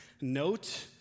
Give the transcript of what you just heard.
note